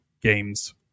games